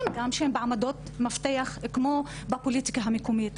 שהם בעמדות מפתח כמו בפוליטיקה המקומית.